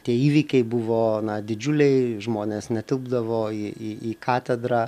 tie įvykiai buvo na didžiuliai žmonės netilpdavo į į į katedrą